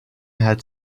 had